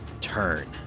turn